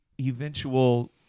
eventual